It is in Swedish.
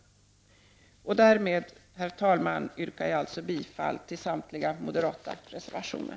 Därmed, herr talman, yrkar jag bifall till samtliga moderata reservationer.